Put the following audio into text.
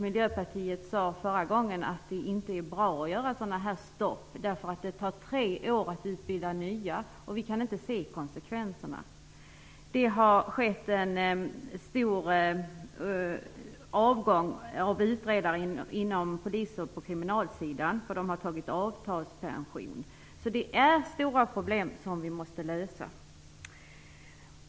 Miljöpartiet sade förra gången att det inte är bra att göra sådana uppehåll, eftersom det sedan tar tre år att utbilda nya poliser. Vi kan inte se konsekvenserna av detta. Det har skett en stor avgång av utredare på kriminalsidan. De har tagit avtalspension. Det finns stora problem som vi måste lösa.